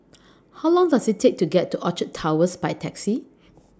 How Long Does IT Take to get to Orchard Towers By Taxi